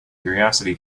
curiosity